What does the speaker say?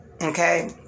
okay